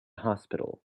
hospital